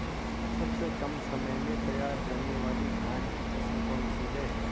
सबसे कम समय में तैयार होने वाली धान की किस्म कौन सी है?